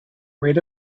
rate